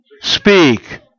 speak